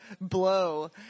blow